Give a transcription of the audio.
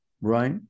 right